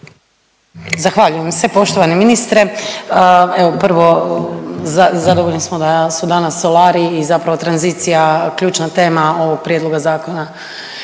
Zahvaljujem se. Poštovani ministre. Evo prvo zadovoljni smo da su danas solari i zapravo tranzicija ključna tema ovog prijedloga zakona.